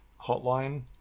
Hotline